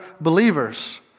believers